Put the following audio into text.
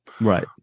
right